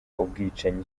ubwicanyi